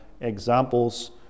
examples